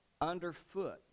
underfoot